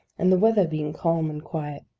and the weather being calm and quiet,